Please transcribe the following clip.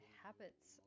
habits